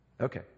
Okay